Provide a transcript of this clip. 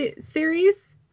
series